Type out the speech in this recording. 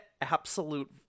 absolute